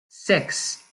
six